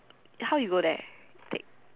how you go there take